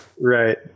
Right